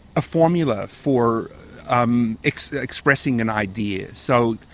a formula for um expressing an idea. so,